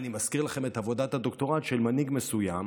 אני מזכיר לכם את עבודת הדוקטורט של מנהיג מסוים,